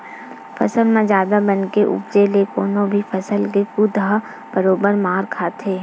फसल म जादा बन के उपजे ले कोनो भी फसल के कुत ह बरोबर मार खाथे